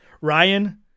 Ryan